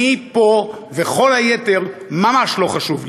אני פה, וכל היתר ממש לא חשוב לי.